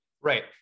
right